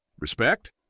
respect